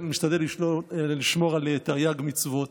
משתדל לשמור על תרי"ג מצוות,